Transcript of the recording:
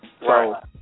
Right